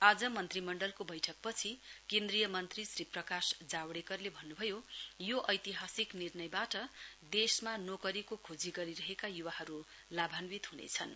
आज मन्त्रीमण्डलको बैठकपछि केन्द्रीय मन्त्री श्री प्रकाश जावड़ेकरले भन्नुभयो यो ऐतिहासिक निर्णयबाट देशमा नोकरीको खोजी गरिरहेका युवाहरू लाभान्वित ह्नेछन्